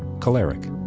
choleric